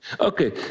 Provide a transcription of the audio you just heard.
Okay